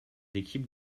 équipes